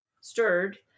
Stirred